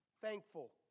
thankful